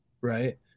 right